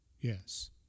Yes